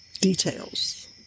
details